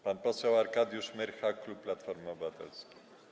Pan poseł Arkadiusz Myrcha, klub Platformy Obywatelskiej.